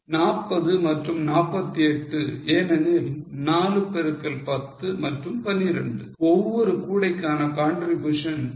40 மற்றும் 48 ஏனெனில் 4 பெருக்கல் 10 மற்றும் 12 ஒவ்வொரு கூடைக்கான contribution 20 மற்றும் 8